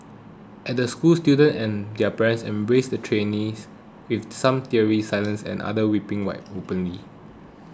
at the school students and their parents embraced the trainers with some tearing silently and others weeping openly